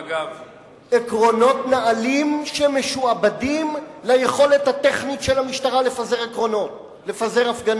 עקרונות נעלים שמשועבדים ליכולת הטכנית של המשטרה לפזר הפגנות.